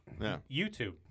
YouTube